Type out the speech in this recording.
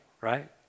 right